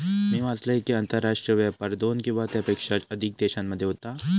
मी वाचलंय कि, आंतरराष्ट्रीय व्यापार दोन किंवा त्येच्यापेक्षा अधिक देशांमध्ये होता